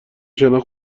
شناخت